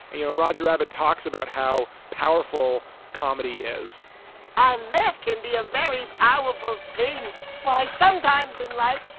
and, you know, roger rabbit talks about how powerful comedy is i left can be a very powerful thing well, sometimes in life,